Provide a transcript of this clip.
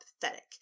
pathetic